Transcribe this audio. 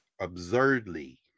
absurdly